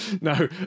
No